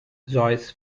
joyous